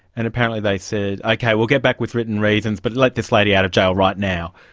and apparently they said, okay we'll get back with written reasons, but let this lady out of jail right now.